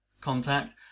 Contact